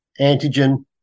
antigen